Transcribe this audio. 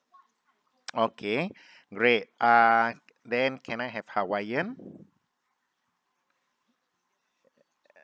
okay great uh then can I have hawaiian